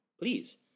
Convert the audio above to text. please